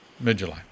mid-July